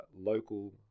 local